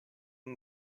und